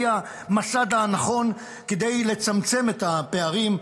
הוא המסד הנכון לצמצם את הפערים: